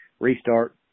Restart